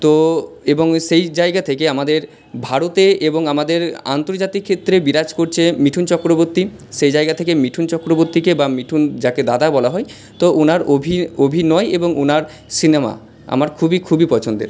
তো এবং সেই জায়গা থেকে আমাদের ভারতে এবং আমাদের আন্তর্জাতিক ক্ষেত্রে বিরাজ করছে মিঠুন চক্রবর্তী সেই জায়গা থেকে মিঠুন চক্রবর্তীকে বা মিঠুন যাকে দাদা বলা হয় তো ওনার অভি অভিনয় এবং ওনার সিনেমা আমার খুবই খুবই পছন্দের